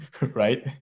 right